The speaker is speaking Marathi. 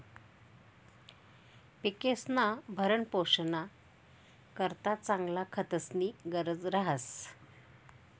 पिकेस्ना भरणपोषणना करता चांगला खतस्नी गरज रहास